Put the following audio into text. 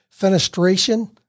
fenestration